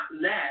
let